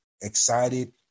excited